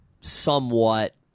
somewhat